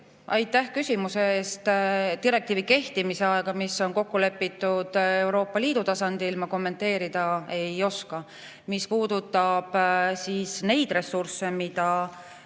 Aitäh küsimuse eest! Direktiivi kehtimise aega, mis on kokku lepitud Euroopa Liidu tasandil, ma kommenteerida ei oska. Mis puudutab neid ressursse, mida